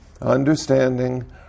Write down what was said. understanding